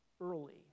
early